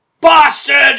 Bastard